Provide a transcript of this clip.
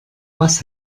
was